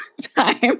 time